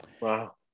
Wow